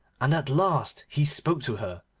and at last he spoke to her,